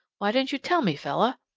why didn't you tell me, fella?